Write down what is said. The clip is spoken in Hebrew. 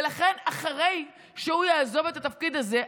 ולכן אחרי שהוא יעזוב את התפקיד הזה,